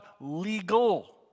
legal